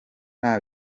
nta